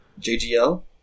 JGL